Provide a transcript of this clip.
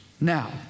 Now